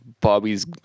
Bobby's